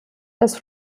das